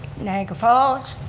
niagara falls.